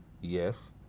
Yes